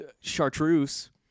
Chartreuse